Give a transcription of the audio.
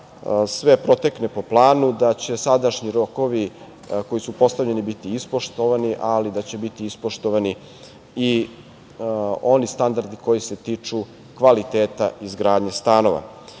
sve protekne po planu, da će sadašnji rokovi koji su postavljeni, biti ispoštovani, ali da će biti ispoštovani i oni standardi koji se tiču kvaliteta izgradnje stanova.